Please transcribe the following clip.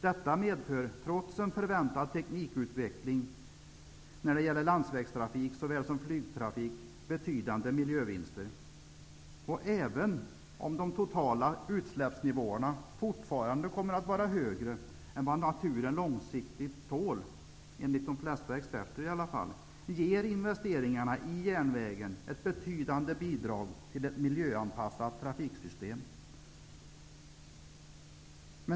Detta medför, trots en förväntad teknikutveckling när det gäller såväl landstrafik som flygtrafik, betydande miljövinster. Även om de totala utsläppsnivåerna fortfarande kommer att vara högre än vad naturen långsiktigt tål -- i varje fall enligt de flesta experter -- ger investeringarna i järnvägen ett betydande bidrag till ett miljöanpassat trafiksystem.